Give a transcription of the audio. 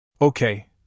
Okay